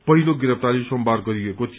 पहिलो गिरफ्तारी सोमबार गरिएको थियो